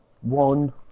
one